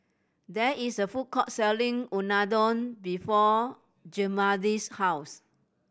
there is a food court selling Unadon before Zigmund's house